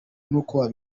nuko